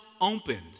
opened